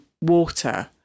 water